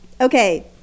okay